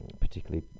particularly